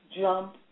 jump